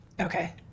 Okay